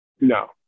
No